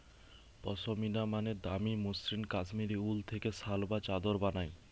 পশমিনা মানে দামি মসৃণ কাশ্মীরি উল থেকে শাল বা চাদর বানায়